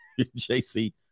JC